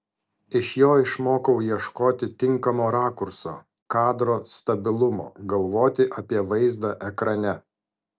iš jo išmokau ieškoti tinkamo rakurso kadro stabilumo galvoti apie vaizdą ekrane